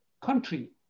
country